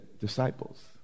Disciples